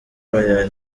bariya